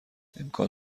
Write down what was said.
امکان